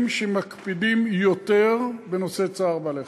שמקפידים יותר בנושא צער בעלי-חיים.